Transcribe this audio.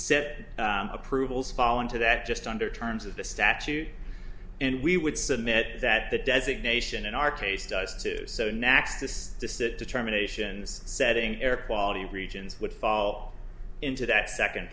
said approvals fall into that just under terms of the statute and we would submit that the designation in our taste does too so next is to sit determinations setting air quality regions would fall into that second